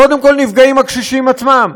קודם כול, נפגעים הקשישים עצמם,